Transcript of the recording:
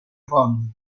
von